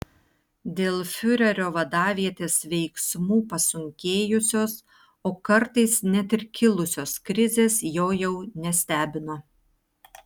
dėl fiurerio vadavietės veiksmų pasunkėjusios o kartais net ir kilusios krizės jo jau nestebino